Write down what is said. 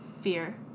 fear